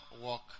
walk